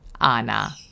Anna